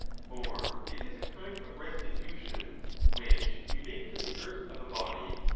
for it is a kind of restitution which we make to the earth of a body,